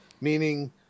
Meaning